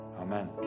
Amen